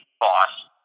boss